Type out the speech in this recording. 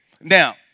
Now